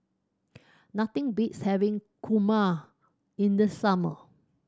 nothing beats having kurma in the summer